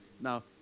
Now